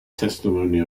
testimony